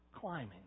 climbing